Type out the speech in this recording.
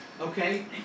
okay